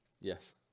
yes